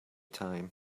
time